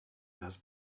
has